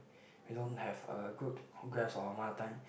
we don't have a good grasp of our mother tongue